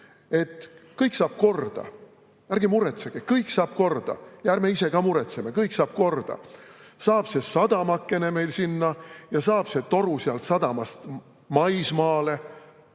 et kõik saab korda. Ärge muretsege, kõik saab korda! Ja ärme ise ka muretseme, kõik saab korda! Saab see sadamakene meil sinna ja saab see toru sadamast maismaale.